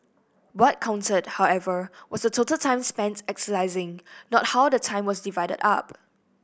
what counted however was the total time spent exercising not how the time was divided up